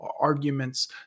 arguments